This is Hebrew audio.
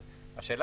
(תיקון מס' 7) (הארכת תקופות מעבר), התש"ף-2020.